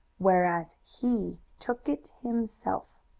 whereas he took it himself.